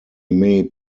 made